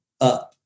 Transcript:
up